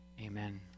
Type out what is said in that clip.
Amen